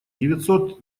девятьсот